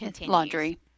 Laundry